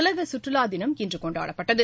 உலக சுற்றுலா தினம் இன்று கொண்டாடப்பட்டது